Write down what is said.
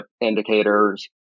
indicators